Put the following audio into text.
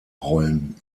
rollen